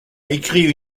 écrit